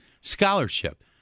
Scholarship